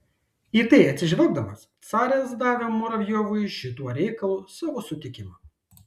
į tai atsižvelgdamas caras davė muravjovui šituo reikalu savo sutikimą